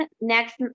next